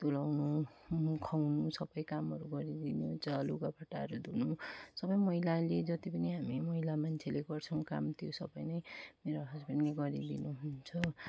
तुल्याउनु मु खुवाउनु सबै कामहरू गरिदिनु हुन्छ लुगाफाटाहरू धुनु सबै महिलाहरूले जति पनि हामी महिला मान्छेले गर्छौँ काम त्यो सबै नै मेरो हसबेन्डले गरिदिनु हुन्छ